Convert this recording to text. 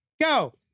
Go